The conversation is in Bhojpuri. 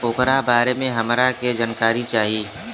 ओकरा बारे मे हमरा के जानकारी चाही?